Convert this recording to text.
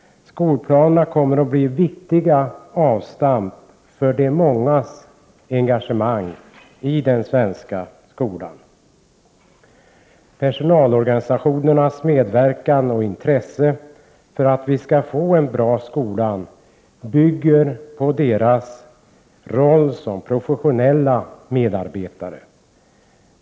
Skolplanerna kommer att bli viktiga avstamp för de mångas engagemang i skolan. Personalorganisationernas medverkan och intresse för att vi skall få en bra skola bygger på personalens roll som professionella medarbetare.